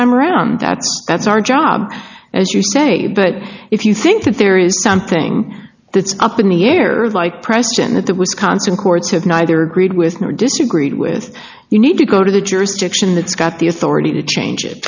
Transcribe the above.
time around that that's our job as you say but if you think that there is something that's up in the air like preston at the wisconsin courts have neither agreed with me or disagreed with you need to go to the jurisdiction that's got the authority to change it